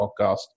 podcast